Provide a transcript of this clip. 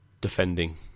Defending